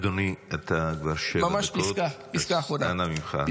אדוני, אתה כבר שבע דקות, אז אנא ממך.